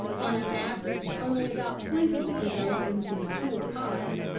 on an average only about twenty develop into mature pods,